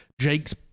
Jake's